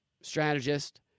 strategist